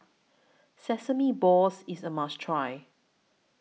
Sesame Balls IS A must Try